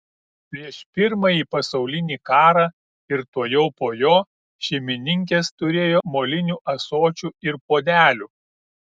prieš pirmąjį pasaulinį karą ir tuojau po jo šeimininkės turėjo molinių ąsočių ir puodelių